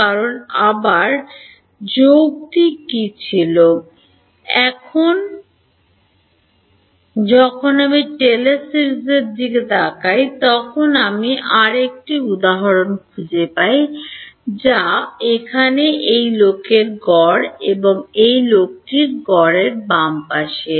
কারণ আবার যৌক্তিক কি ছিল এখানে যখন আমি টেলর সিরিজ তাকাই এবং আমি খুঁজে পেয়েছি যা এখানে এই লোকের গড় এবং এই লোকটির গড় বাম পাশে